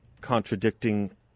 contradicting